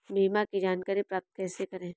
बीमा की जानकारी प्राप्त कैसे करें?